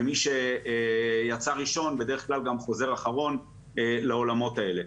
ומי שיצא ראשון בדרך כלל גם חוזר אחרון לעולמות האלה.